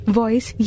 voice